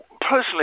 personally